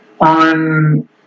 on